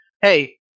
hey